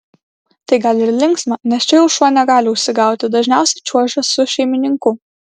tai gal ir linksma nes čia jau šuo negali užsigauti dažniausiai čiuožia su šeimininku